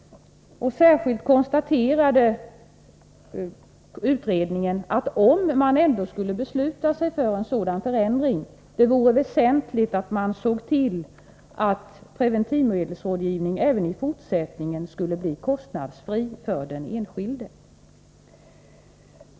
Särskilt konstaterade utredningen att det, om man ändå skulle besluta sig för en sådan förändring, vore väsentligt att man såg till att preventivmedelsrådgivningen även i fortsättningen skulle bli kostnadsfri för den enskilde.